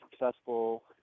successful